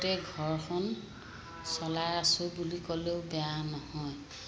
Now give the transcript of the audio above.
গোটেই ঘৰখন চলাই আছোঁ বুলি ক'লেও বেয়া নহয়